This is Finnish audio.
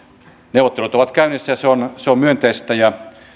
neuvottelut ovat käynnissä ja se on myönteistä ja